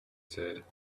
said